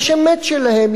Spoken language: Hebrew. יש אמת שלהם,